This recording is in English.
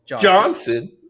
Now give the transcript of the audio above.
Johnson